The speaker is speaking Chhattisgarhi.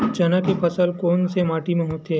चना के फसल कोन से माटी मा होथे?